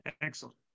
Excellent